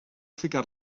ficar